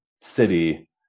city